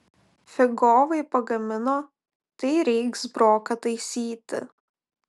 figovai pagamino tai reiks broką taisyti